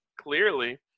clearly